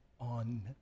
on